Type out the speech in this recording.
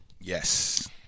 yes